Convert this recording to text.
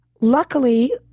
Luckily